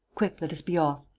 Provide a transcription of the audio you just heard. quick, let us be off!